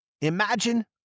Imagine